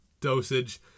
dosage